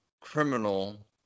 criminal